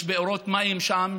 יש בארות מים שם,